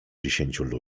dziesięciu